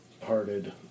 parted